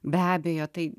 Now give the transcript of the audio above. be abejo tai